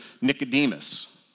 Nicodemus